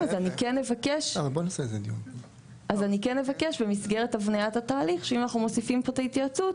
אז אני כן אבקש שאם במסגרת הבניית התהליך אנחנו מוסיפים את ההתייעצות,